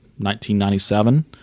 1997